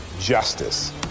justice